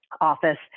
office